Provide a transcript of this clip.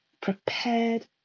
prepared